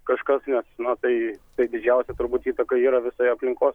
kažkas nes na tai tai didžiausia turbūt įtaka yra visoje aplinkos